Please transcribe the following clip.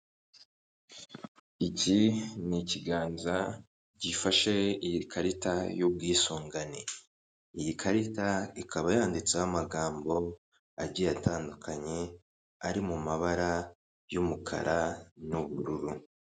Iki ni ikiganza gifashe iyi karita y'ubwisungane. Iyi karita ikaba yanditseho amagambo agiye atandukanye, ari mu mabara y'umukara n'ubururu.